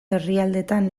herrialdetan